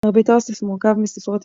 מרבית האוסף מורכב מספרות יפה,